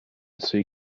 see